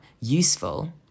useful